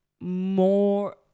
more